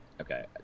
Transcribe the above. Okay